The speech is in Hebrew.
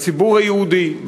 בציבור היהודי,